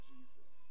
Jesus